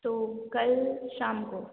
तो कल शाम को